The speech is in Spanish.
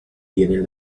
tienen